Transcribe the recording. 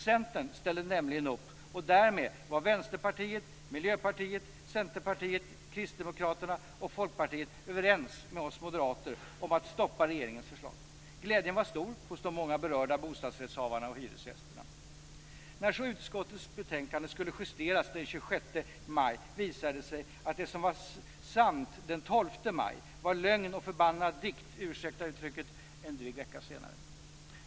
Centern ställde nämligen upp och därmed var Vänsterpartiet, Miljöpartiet, Centerpartiet, Kristdemokraterna och Folkpartiet överens med oss moderater om att stoppa regeringens förslag. Glädjen var stor hos de många berörda bostadsrättshavarna och hyresgästerna. 26 maj visade det sig att det som var sant den 12 maj var lögn och förbannad dikt - ursäkta uttrycket - en dryg vecka senare.